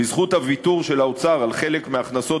בזכות הוויתור של האוצר על חלק מהכנסות